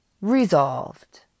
resolved